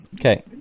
Okay